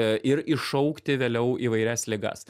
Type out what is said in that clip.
ir iššaukti vėliau įvairias ligas